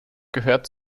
gehört